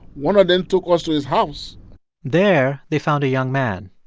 one of them took us to his house there, they found a young man,